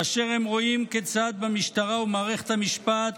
כאשר הם רואים כיצד במשטרה ובמערכת המשפט